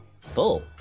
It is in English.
Full